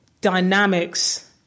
dynamics